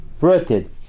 rooted